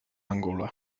angola